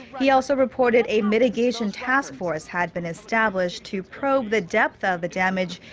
he also reported a mitigation task force had been established to probe the depth of the damage.